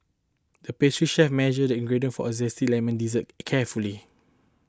the pastry chef measured ingredient for a Zesty Lemon Dessert carefully